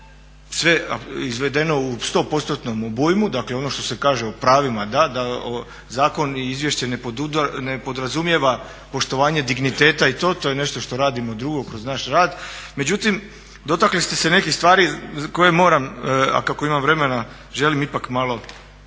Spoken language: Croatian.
sve izvedeno u sto postotnom obujmu. Dakle, ono što se kaže o pravima da, zakon i izvješće ne podrazumijeva poštovanje digniteta i to. To je nešto što radimo drugo kroz naš rad. Međutim, dotakli ste se nekih stvari koje moram, a kako imam vremena želim ipak malo